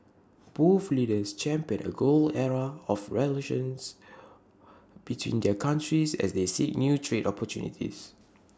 both leaders championed A golden era of relations between their countries as they seek new trade opportunities